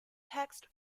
text